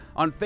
on